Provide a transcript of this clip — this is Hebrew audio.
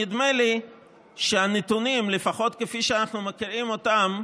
נדמה לי שהנתונים, לפחות כפי שאנחנו מכירים אותם,